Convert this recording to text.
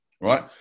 right